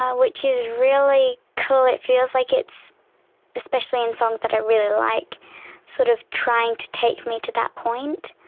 ah which is really cool. it feels like it's especially in songs that i really like sort of trying to take me to that point.